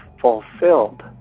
fulfilled